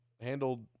handled